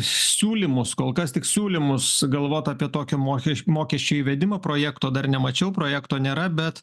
siūlymus kol kas tik siūlymus galvot apie tokio mokeš mokesčio įvedimą projekto dar nemačiau projekto nėra bet